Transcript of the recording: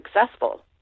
successful